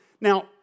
Now